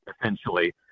Essentially